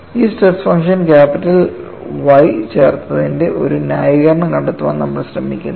ഈ stress function capital Y ചേർത്തതിന്റെ ഒരു ന്യായീകരണം കണ്ടെത്താൻ നമ്മൾ ശ്രമിക്കുന്നു